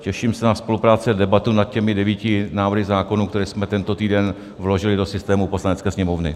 Těším se na spolupráci a debatu nad těmi devíti návrhy zákonů, které jsme tento týden vložili do systému Poslanecké sněmovny.